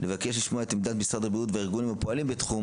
נבקש לשמוע את עמדת משרד הבריאות והארגונים הפועלים בתחום